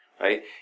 right